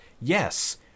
yes